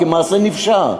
כמעשה נפשע.